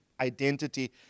identity